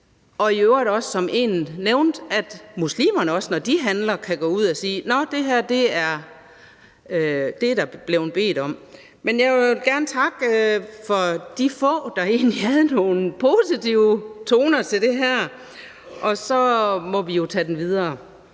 og i øvrigt også om, som en nævnte, at muslimerne, når de handler, kan gå ud at sige: Nå, det her er der blevet bedt for. Men jeg vil gerne takke de få, der egentlig havde nogle positive toner til det her, og så må vi jo tage den videre